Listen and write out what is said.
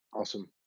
Awesome